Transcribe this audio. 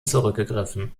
zurückgegriffen